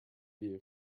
you